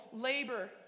labor